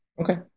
Okay